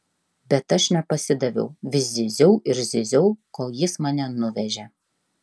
bet aš nepasidaviau vis zyziau ir zyziau kol jis mane nuvežė